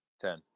Ten